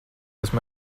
esmu